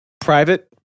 private